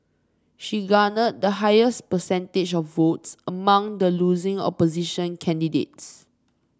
she garnered the highest percentage of votes among the losing opposition candidates